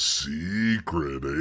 secret